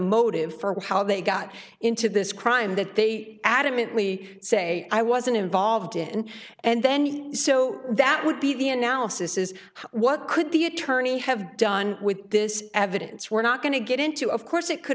motive for how they got into this crime that they adamantly say i wasn't involved in and then so that would be the analysis is what could the attorney have done with this evidence we're not going to get into of course it could